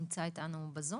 נמצא איתנו בזום?